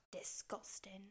disgusting